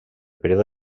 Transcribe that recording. període